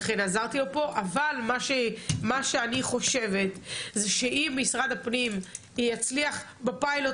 אבל מה שאני חושבת זה שאם משרד הפנים יצליח בפיילוט